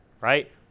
Right